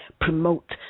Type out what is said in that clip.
promote